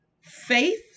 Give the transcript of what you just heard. faith